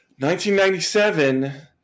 1997